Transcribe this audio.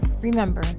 Remember